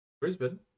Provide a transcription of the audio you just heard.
Brisbane